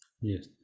Yes